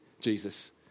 Jesus